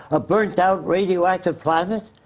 a burned out radioactive planet?